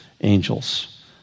angels